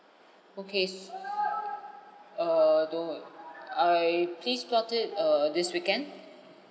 okay s~ err don't I please plot it err this weekend